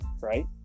right